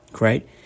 right